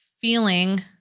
feeling